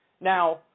Now